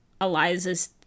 Eliza's